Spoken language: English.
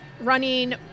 running